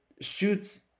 shoots